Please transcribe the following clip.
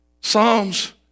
Psalms